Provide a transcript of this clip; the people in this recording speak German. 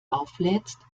auflädst